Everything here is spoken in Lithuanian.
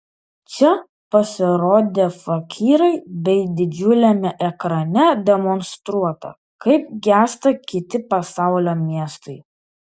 čia pasirodė fakyrai bei didžiuliame ekrane demonstruota kaip gęsta kiti pasaulio miestai